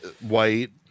White